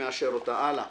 ו-(ב).